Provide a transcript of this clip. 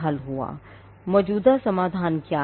मौजूदा समाधान क्या हैं